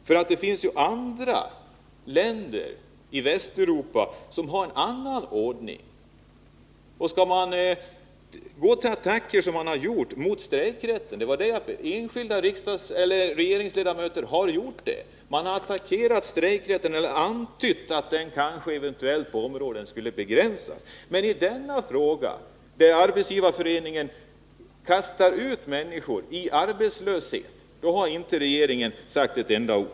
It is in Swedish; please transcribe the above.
Det finns andra länder i Västeuropa som har en annan ordning. Vissa regeringsledamöter har gått till attack mot strejkrätten och antytt att den på vissa områden kanske skulle begränsas. Men om det förhållandet att Arbetsgivareföreningen kastar ut människor i arbetslöshet har inte regeringen sagt ett enda ord.